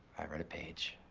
i read a page.